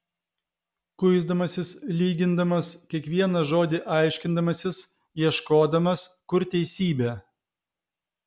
kuisdamasis lygindamas kiekvieną žodį aiškindamasis ieškodamas kur teisybė